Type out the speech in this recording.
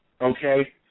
Okay